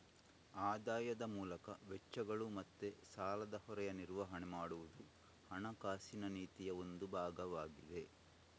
ಆದಾಯದ ಮೂಲಕ ವೆಚ್ಚಗಳು ಮತ್ತೆ ಸಾಲದ ಹೊರೆಯ ನಿರ್ವಹಣೆ ಮಾಡುದು ಹಣಕಾಸಿನ ನೀತಿಯ ಒಂದು ಭಾಗವಾಗಿದೆ